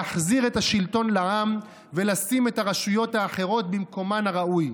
להחזיר את השלטון לעם ולשים את הרשויות האחרות במקומן הראוי.